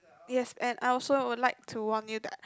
yes and I also would like to warn you that